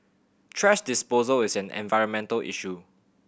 thrash disposal is an environmental issue